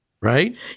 Right